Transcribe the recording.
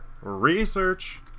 Research